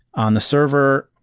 on the server,